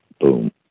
boom